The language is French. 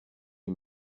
les